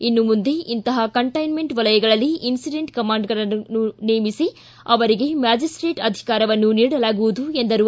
ಇನ್ನು ಮುಂದೆ ಇಂತಹ ಕಂಟ್ಟೆನ್ಮೆಂಟ್ ವಲಯಗಳಲ್ಲಿ ಇನ್ಸಿಡೆಂಟ್ ಕಮಾಂಡರ್ಗಳನ್ನು ನೇಮಿಸಿ ಅವರಿಗೆ ಮ್ಯಾಜಸ್ಟೇಟ್ ಅಧಿಕಾರವನ್ನು ನೀಡಲಾಗುವುದು ಎಂದರು